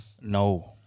No